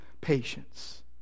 patience